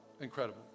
incredible